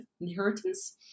inheritance